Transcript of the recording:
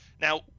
Now